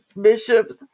bishops